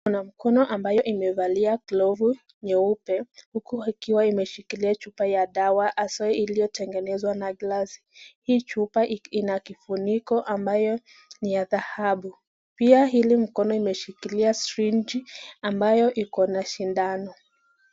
Kuna mkono ambayo imevalia glovu nyeupe uku ikiwa imeshikilia chupa ya dawa haswa iliotegenezwa na glasi. Hii chupa ina kifuniko ambayo ni ya dhahabu. Pia hili mkono imeshikilia siriji ambayo ikona sindano.